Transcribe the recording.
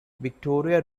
victoria